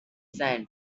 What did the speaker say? sand